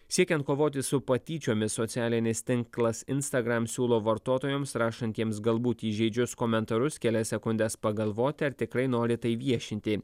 siekiant kovoti su patyčiomis socialinis tinklas instagram siūlo vartotojams rašantiems galbūt įžeidžius komentarus kelias sekundes pagalvoti ar tikrai nori tai viešinti